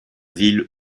ville